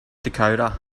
dakota